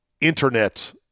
internet